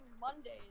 Mondays